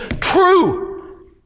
true